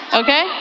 okay